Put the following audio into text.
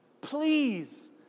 Please